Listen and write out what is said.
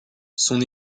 son